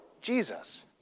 Jesus